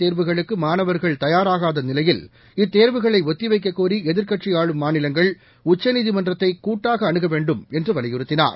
தேர்வுகளுக்கு மாணவர்கள் தயாராகாத நிலையில் இத்தேர்வுகளை ஒத்திவைக்கக் கோரி எதிர்க்கட்சி ஆளும் மாநிலங்கள் உச்சநீதிமன்றத்தை கூட்டாக அணுக வேண்டும் என்று வலியுறுத்தினார்